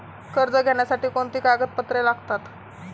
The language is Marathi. कर्ज घेण्यासाठी कोणती कागदपत्रे लागतात?